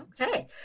Okay